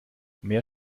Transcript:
mehr